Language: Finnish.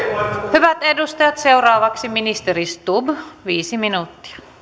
hyvät edustajat seuraavaksi ministeri stubb viisi minuuttia